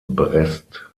brest